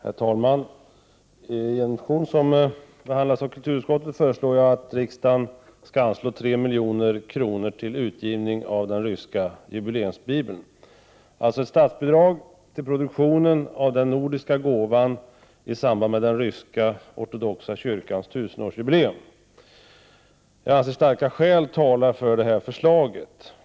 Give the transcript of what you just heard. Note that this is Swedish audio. Herr talman! I en motion som behandlats av kulturutskottet föreslår jag att riksdagen skall anslå 3 milj.kr. till utgivning av den ryska jubileumsbibeln, dvs. ett statsbidrag till produktionen av den nordiska gåvan i samband med den ryska ortodoxa kyrkans 1000-årsjubileum. Jag anser att starka skäl talar för förslaget.